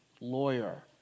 lawyer